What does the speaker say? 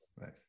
nice